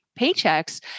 paychecks